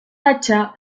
hacha